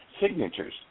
signatures